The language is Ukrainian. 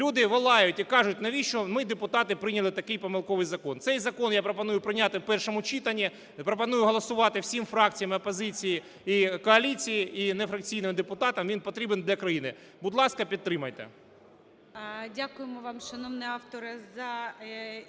люди волають і кажуть, навіщо ми, депутати, прийняли такий помилковий закон. Цей закон я пропоную прийняти в першому читанні, пропоную голосувати всім фракціям, і опозиції, і коаліції, і нефракційним депутатам, він потрібний для країни. Будь ласка, підтримайте. Веде засідання Перший заступник